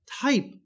type